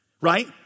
right